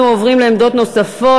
אנחנו עוברים לעמדות נוספות.